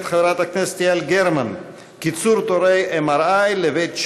מאת חברת הכנסת יעל גרמן: קיצור תורי MRI לבית שמש.